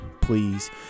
please